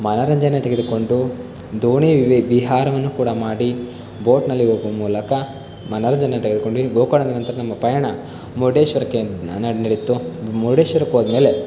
ಮನೋರಂಜನೆ ತೆಗೆದುಕೊಂಡು ದೋಣಿ ವಿ ವಿಹಾರವನ್ನು ಕೂಡ ಮಾಡಿ ಬೋಟ್ನಲ್ಲಿ ಹೋಗುವ ಮೂಲಕ ಮನೋರಂಜನೆ ತೆಗೆದುಕೊಂಡ್ವಿ ಗೋಕರ್ಣದ ನಂತರ ನಮ್ಮ ಪಯಣ ಮುರುಡೇಶ್ವರಕ್ಕೆ ನಡ್ ನಡೀತು ಮುರುಡೇಶ್ವರಕ್ಕೆ ಹೋದಮೇಲೆ